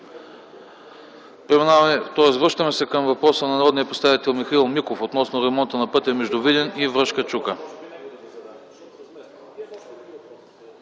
Преминаваме, тоест връщаме се към въпроса на народния представител Михаил Миков относно ремонта на пътя между Видин и Връшка чука.